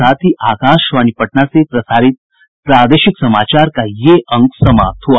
इसके साथ ही आकाशवाणी पटना से प्रसारित प्रादेशिक समाचार का ये अंक समाप्त हुआ